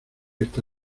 esta